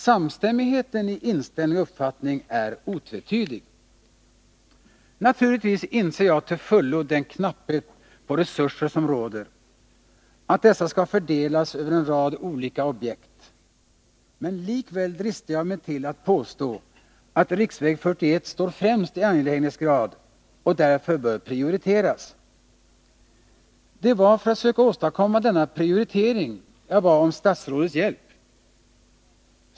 Samstämmigheten i inställning och uppfattning är otvetydig. Naturligtvis inser jag till fullo den knapphet på resurser som råder och att dessa skall fördelas över en rad olika objekt. Men likväl dristar jag mig att påstå att riksväg 41 står främst i angelägenhetsgrad och därför bör prioriteras. Det var för att söka åstadkomma denna prioritering jag bad om statsrådets hjälp.